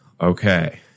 okay